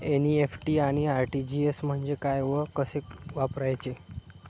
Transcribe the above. NEFT आणि RTGS म्हणजे काय व कसे वापरायचे?